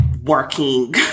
working